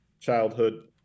childhood